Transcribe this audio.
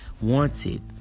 wanted